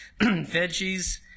veggies